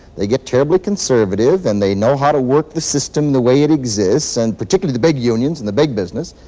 they get terribly conservative, and they know how to work the system the way it exists, and particularly the the big unions and the big business,